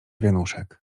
wianuszek